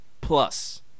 plus